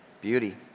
beauty